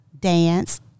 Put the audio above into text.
dance